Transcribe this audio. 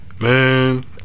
Man